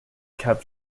kept